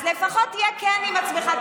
אז לפחות תהיה כן עם עצמך.